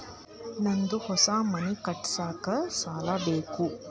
ನಂದು ಹೊಸ ಮನಿ ಕಟ್ಸಾಕ್ ಸಾಲ ಬೇಕು